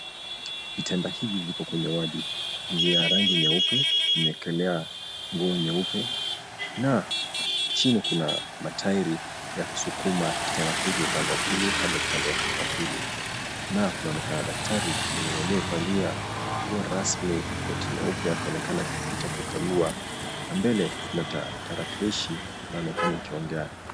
Vitanda hivi viko kwenye wodi, ni vya rangi nyeupe, vimewekelewa nguo nyeupe na chini kuna matairi ya kusukuma kitanda hiki upande wa pili hadi upande wa pili, na kunaonekana daktari mwenye aliyevalia nguo rasmi koti nyeupe akionekana kupita kukagua. Na mbele kuna tarakilishi inaonekana ikiongea.